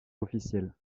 officiel